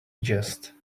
jest